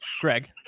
Greg